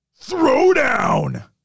throwdown